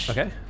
Okay